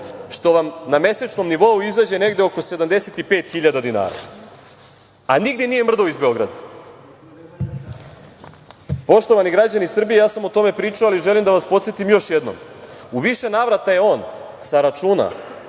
što na mesečnom nivou izađe negde oko 75.000 dinara, a nigde nije mrdao iz Beograda. Poštovani građani Srbije, ja sam o tome pričao, ali želim da vas podsetim još jednom, u više navrata je on sa računa